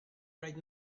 right